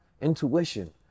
intuition